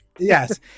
Yes